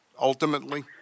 ultimately